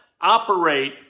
operate